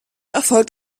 erfolgt